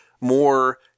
more